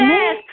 Yes